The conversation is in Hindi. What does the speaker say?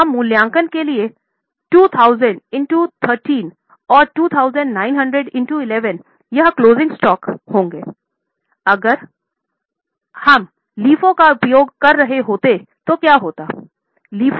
अब हम मूल्यांकन के लिए जाएंगे 2000 इंटो है